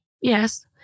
Yes